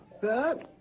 sir